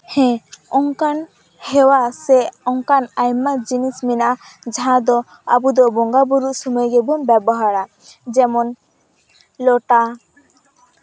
ᱦᱮᱸ ᱚᱱᱠᱟᱱ ᱦᱮᱣᱟ ᱥᱮ ᱚᱱᱠᱟᱱ ᱟᱭᱢᱟ ᱡᱤᱱᱤᱥ ᱦᱮᱱᱟᱜᱼᱟ ᱡᱟᱦᱟᱸᱫᱚ ᱟᱵᱚᱫᱚ ᱵᱚᱸᱜᱟ ᱵᱩᱨᱩ ᱥᱚᱢᱚᱭ ᱜᱮᱵᱚᱱ ᱵᱮᱵᱚᱦᱟᱨᱟ ᱡᱮᱢᱚᱱ ᱞᱚᱴᱟ